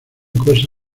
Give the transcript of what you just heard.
cosa